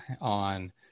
on